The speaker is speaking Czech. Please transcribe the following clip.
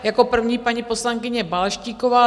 Jako první paní poslankyně Balaštíková.